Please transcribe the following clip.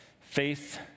Faith